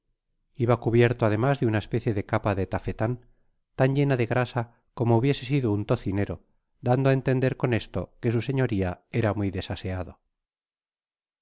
iba cubierto ademas de una especie de capa de tafetan tan llena de grasa como hubiese sido un tocinero dando á entender con esto que su señoria era muy desaseado una